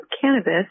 cannabis